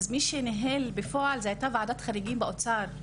אז מי שניהל בפועל הייתה ועדת חריגים באוצר,